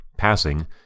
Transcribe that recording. Passing